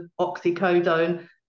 oxycodone